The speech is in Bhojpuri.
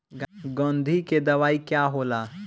गंधी के दवाई का होला?